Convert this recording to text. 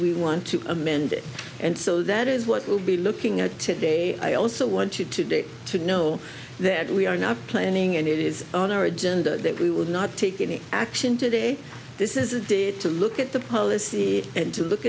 we want to amend it and so that is what we'll be looking at today i also want you today to know that we are not planning and it is on our agenda that we would not take any action today this is a day to look at the policy and to look